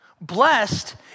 Blessed